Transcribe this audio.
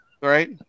Right